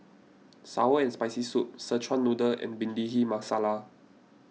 Sour and Spicy Soup Szechuan Noodle and Bhindi Masala